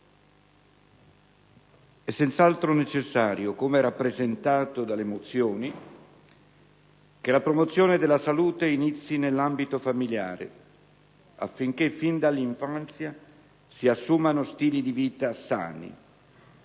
È senz'altro necessario, come rappresentato dalle mozioni, che la promozione della salute inizi nell'ambito familiare affinché fin dall'infanzia si assumano stili di vita sani.